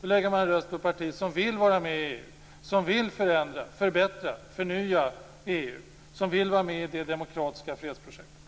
Då lägger man en röst på ett parti som vill vara med i EU, förändra, förbättra och förnya EU, som vill vara med i det demokratiska fredsprojektet.